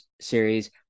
series